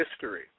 history